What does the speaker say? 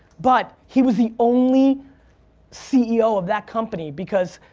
but he was the only ceo of that company because